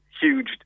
huge